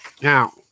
Now